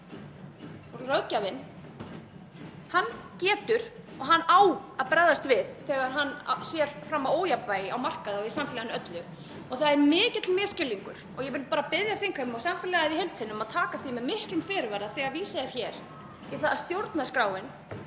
Löggjafinn getur og á að bregðast við þegar hann sér fram á ójafnvægi á markaði og í samfélaginu öllu. Það er mikill misskilningur og ég vil bara biðja þingheim og samfélagið í heild sinni um að taka því með miklum fyrirvara þegar vísað er í það hér að stjórnarskráin